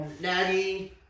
Natty